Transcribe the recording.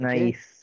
Nice